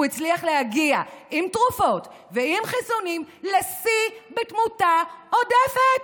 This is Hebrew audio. הוא הצליח להגיע עם תרופות ועם חיסונים לשיא בתמותה עודפת.